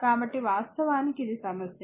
కాబట్టి వాస్తవానికి ఇది సమస్య